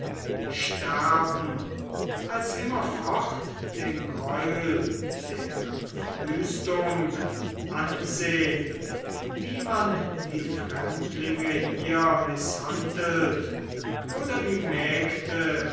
sterben als immerfort den greul der verwüstungen ansehn wie man die fremdlinge hier mißhandelt oder die mägde